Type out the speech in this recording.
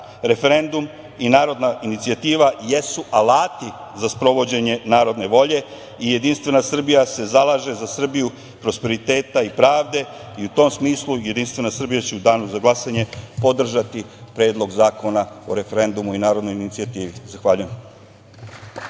Referendum i narodna inicijativa jesu alati za sprovođenje narodne volje i JS se zalaže za Srbiju prosperiteta i pravde.U tom smislu Jedinstvena Srbija će u danu za glasanje podržati Predlog zakona o referendumu i narodnoj inicijativi. Zahvaljujem.